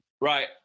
Right